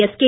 SK